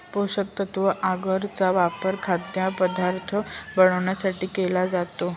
पोषकतत्व आगर चा वापर खाद्यपदार्थ बनवण्यासाठी केला जातो